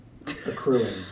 accruing